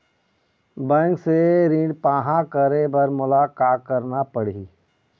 Bank से ऋण पाहां करे बर मोला का करना पड़ही?